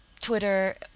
Twitter